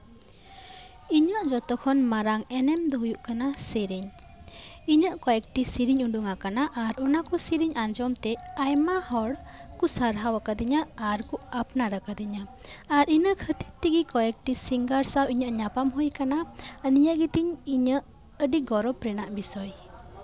ᱤᱧᱟᱹᱜ ᱡᱚᱛᱚ ᱠᱷᱚᱱ ᱢᱟᱨᱟᱝ ᱮᱱᱮᱢ ᱫᱚ ᱦᱩᱭᱩᱜ ᱠᱟᱱᱟ ᱥᱮᱨᱮᱧ ᱤᱧᱟᱹᱜ ᱠᱚᱭᱮᱠᱴᱤ ᱥᱮᱨᱮᱧ ᱩᱰᱩᱠ ᱟᱠᱟᱱᱟ ᱟᱨ ᱚᱱᱟ ᱠᱚ ᱥᱮᱨᱮᱧ ᱟᱧᱡᱚᱢᱛᱮ ᱟᱨ ᱚᱱᱟ ᱠᱚ ᱥᱮᱨᱮᱧ ᱟᱧᱡᱚᱢ ᱛᱮ ᱟᱭᱢᱟ ᱦᱚᱲ ᱠᱚ ᱥᱟᱨᱦᱟᱣ ᱟᱠᱟᱫᱤᱧᱟ ᱟᱨ ᱠᱚ ᱟᱯᱱᱟᱨ ᱟᱠᱟᱫᱤᱧᱟ ᱟᱨ ᱤᱱᱟᱹ ᱠᱷᱟᱹᱛᱤᱨ ᱛᱮᱜᱮ ᱠᱚᱭᱮᱠᱴᱤ ᱥᱤᱝᱜᱟᱨ ᱥᱟᱶ ᱤᱧᱟᱹᱜ ᱧᱟᱯᱟᱢ ᱦᱩᱭ ᱟᱠᱟᱱᱟ ᱟᱨ ᱱᱤᱭᱟᱹ ᱜᱮᱛᱤᱧ ᱤᱧᱟᱹᱜ ᱜᱚᱨᱚᱵᱽ ᱨᱮᱱᱟᱜ ᱵᱤᱥᱚᱭ